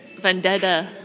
vendetta